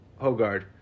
Hogard